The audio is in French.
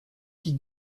qui